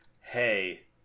hey